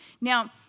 Now